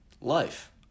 life